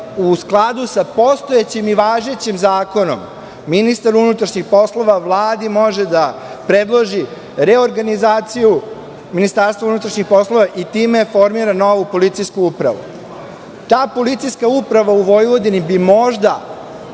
u skladu sa postojećim i važećim zakonom ministar unutrašnjih poslova Vladi može da predloži reorganizaciju MUP i time formira novu policijsku upravu. Ta policijska uprava u Vojvodini bi možda